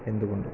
എന്തുകൊണ്ടും